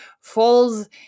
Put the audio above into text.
falls